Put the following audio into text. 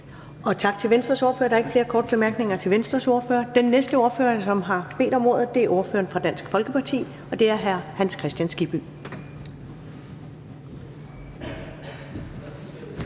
Tak til Venstres ordfører. Der er ikke flere korte bemærkninger til Venstres ordfører. Den næste ordfører, som har bedt om ordet, er ordføreren for Dansk Folkeparti, og det er hr. Hans Kristian Skibby.